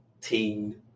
teen